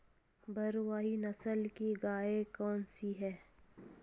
भारवाही नस्ल की गायें कौन सी हैं?